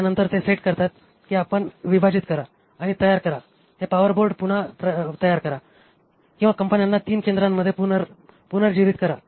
त्यानंतर ते सेट करतात की आपण विभाजित करा आणि तयार करा आणि हे पॉवर बोर्ड पुन्हा तयार करा किंवा कंपन्यांना तीन केंद्रांमध्ये पुनर्जीवित करा